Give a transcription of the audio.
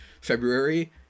February